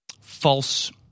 false